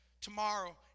tomorrow